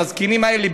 את הזקנים האלה,